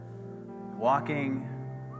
walking